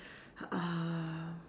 uh